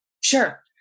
Sure